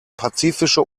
pazifische